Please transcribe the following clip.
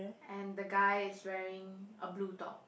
and the guy is wearing a blue top